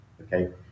okay